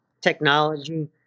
technology